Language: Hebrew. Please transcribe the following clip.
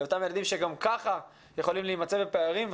לאותם ילדים שגם ככה יכולים להימצא בפערים,